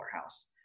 house